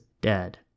dead